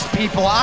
people